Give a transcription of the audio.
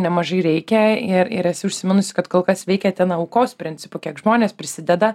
nemažai reikia ir ir esi užsiminusi kad kol kas veikiate na aukos principu kiek žmonės prisideda